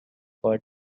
for